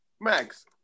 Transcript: Max